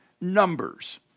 numbers